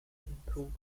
improved